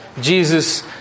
Jesus